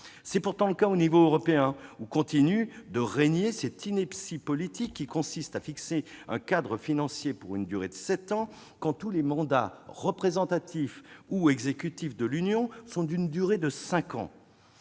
C'est pourtant le cas au niveau européen, où continue de régner cette ineptie politique consistant à fixer un cadre financier pour une durée de sept ans, quand tous les mandats représentatifs ou exécutifs de l'Union sont d'une durée de cinq ans.